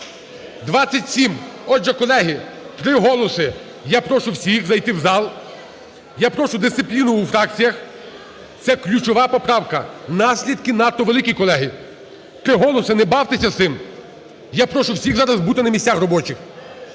27. Отже, колеги, три голоси. Я прошу всіх зайти в зал. Я прошу дисципліну у фракціях. Це ключова поправка, наслідки надто великі, колеги. Три голоси, не бавтеся з цим. Я прошу всіх зараз бути на місцях робочих.